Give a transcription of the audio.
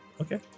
okay